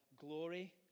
glory